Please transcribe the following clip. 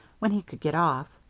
when he could get off.